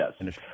Yes